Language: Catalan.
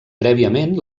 prèviament